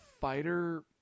fighter